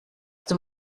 dem